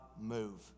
move